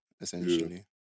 essentially